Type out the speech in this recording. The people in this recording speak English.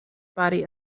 body